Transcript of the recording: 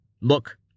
Look